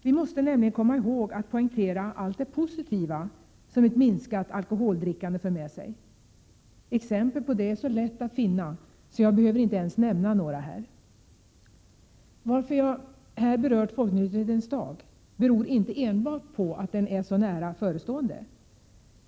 Vi måste nämligen komma ihåg att poängtera allt det positiva som ett minskat alkoholdrickande för med sig. Exempel på detta är så lätta att finna, att jag inte ens behöver nämna några. Att jag här berört Folknykterhetens dag beror inte enbart på att den är så nära förestående.